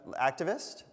activist